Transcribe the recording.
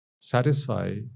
satisfy